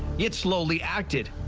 it slowly acted,